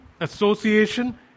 association